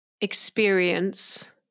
experience